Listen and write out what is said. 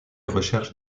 recherches